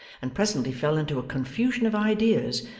and presently fell into a confusion of ideas,